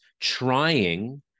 trying